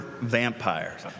vampires